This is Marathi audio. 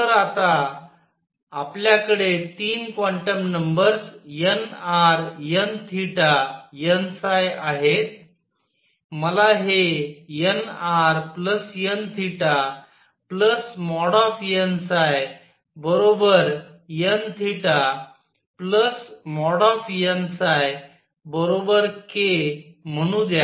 तर आता आपल्याकडे 3 क्वांटम नंबर्स nrnn आहेत मला हे nrnnnn kम्हणू द्या